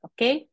Okay